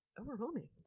overwhelming